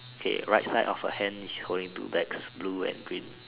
okay right side of her hand is holding two bags blue and green